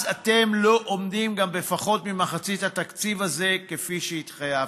אז אתם לא עומדים גם בפחות ממחצית התקציב הזה כפי שהתחייבתם.